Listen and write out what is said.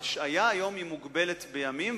ההשעיה היום היא מוגבלת בימים,